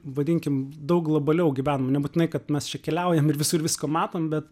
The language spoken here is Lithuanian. vadinkim daug globaliau gyvenam nebūtinai kad mes čia keliaujam ir visur visko matom bet